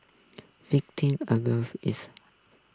victim is